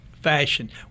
fashion